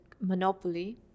monopoly